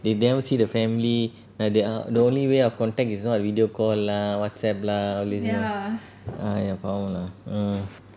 they never see the family ah their the only way of contact is what video call lah whatsapp lah all this lah !aiya! பாவம் ah mm